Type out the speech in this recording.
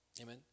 Amen